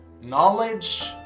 Knowledge